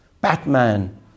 Batman